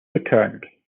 returned